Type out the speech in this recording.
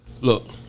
Look